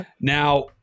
Now